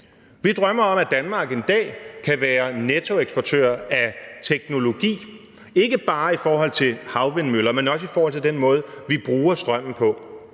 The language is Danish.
Vi drømmer om, at Danmark en dag kan være nettoeksportør af teknologi, ikke bare i forhold til havvindmøller, men også i forhold til den måde, vi bruger strømmen på.